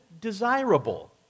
desirable